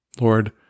Lord